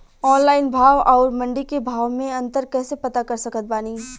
Online भाव आउर मंडी के भाव मे अंतर कैसे पता कर सकत बानी?